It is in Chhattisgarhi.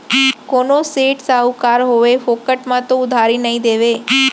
कोनो सेठ, साहूकार होवय फोकट म तो उधारी नइ देवय